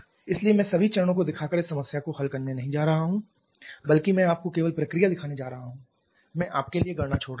इसलिए मैं सभी चरणों को दिखाकर इस समस्या को हल नहीं करने जा रहा हूं बल्कि मैं आपको केवल प्रक्रिया दिखाने जा रहा हूं मैं आपके लिए गणना छोड़ रहा हूं